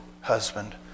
husband